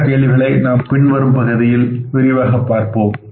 மற்ற கேள்விகளை நாம் பின்வரும் பகுதியில் பார்ப்போம்